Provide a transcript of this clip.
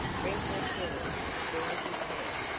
bring her to me as soon as you can.